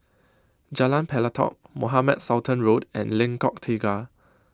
Jalan Pelatok Mohamed Sultan Road and Lengkok Tiga